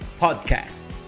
podcast